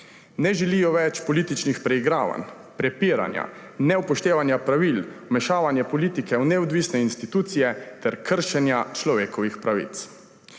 Ne želijo več političnih preigravanj, prepiranja, neupoštevanja pravil, vmešavanja politike v neodvisne institucije ter kršenja človekovih pravic.